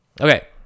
Okay